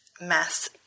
mass